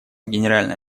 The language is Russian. генеральной